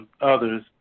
others